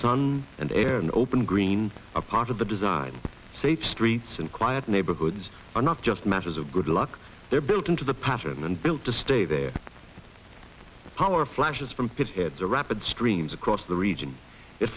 sun and air and open green are part of the design safe streets and quiet neighborhoods are not just matters of good luck they're built into the pattern and built to stay there power flashes from pinheads or rapid streams across the region it